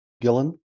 Gillen